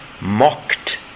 mocked